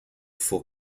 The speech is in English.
for